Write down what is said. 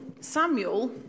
Samuel